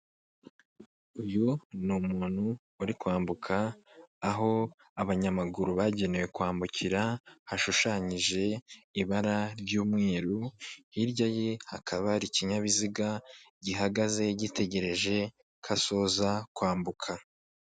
Uyu ni umuntu uri kwambuka aho abanyamaguru bagenewe kwambukira hashushanyije ibara ry'umweru, hirya ye hakaba ari ikinyabiziga gihagaze gitegereje kasoza kwambuka.